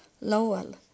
Lowell